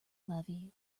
levee